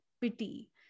pity